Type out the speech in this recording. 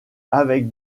avec